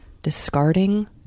Discarding